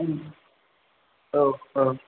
औ औ